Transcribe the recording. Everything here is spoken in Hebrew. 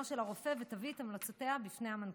של הרופא ותביא את המלצותיה בפני המנכ"ל.